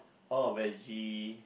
oh when he